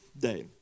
day